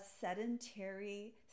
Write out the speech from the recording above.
sedentary